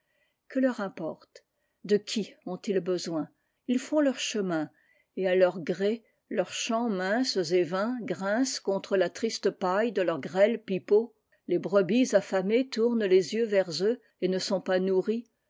que leur importe de qui ont-ils besoin us font leur chemin et à leur gré leurs chants minces et vains grincent contre la triste paille de leurs grêles pipeaux les brebis affamées tournent les yeux vers eux et ne sont pas nourries